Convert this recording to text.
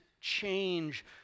change